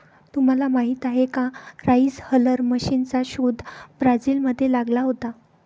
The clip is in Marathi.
तुम्हाला माहीत आहे का राइस हलर मशीनचा शोध ब्राझील मध्ये लागला होता